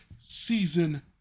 season